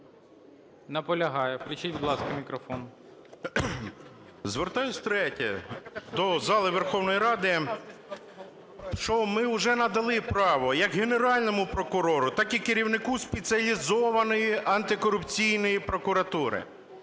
Наполягає. Включіть, будь ласка, мікрофон. 13:08:08 МАМКА Г.М. Звертаюсь втретє до залу Верховної Ради, що ми уже надали право як Генеральному прокурору, так і керівнику Спеціалізованої антикорупційної прокуратури.